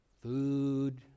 food